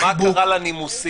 מה קרה לנימוסים?